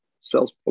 sales